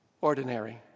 ordinary